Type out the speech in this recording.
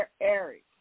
Eric